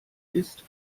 ist